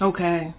Okay